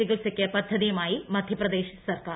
ചികിത്സയ്ക്ക് പദ്ധതിയുമായി മധ്യപ്രദേശ് സർക്കാർ